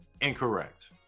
Incorrect